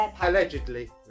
Allegedly